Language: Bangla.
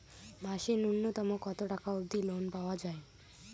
মাসে নূন্যতম কতো টাকা অব্দি লোন পাওয়া যায়?